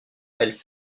elle